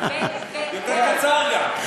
יותר קצר גם.